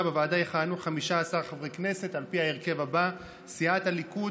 בוועדה יכהנו 15 חברי כנסת על פי ההרכב הבא: סיעת הליכוד,